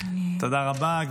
תודה רבה.